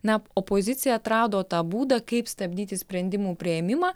na opozicija atrado tą būdą kaip stabdyti sprendimų priėmimą